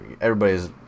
everybody's